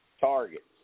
targets